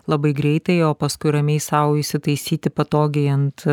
labai greitai o paskui ramiai sau įsitaisyti patogiai ant